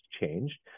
changed